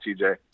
TJ